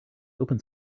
open